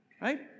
right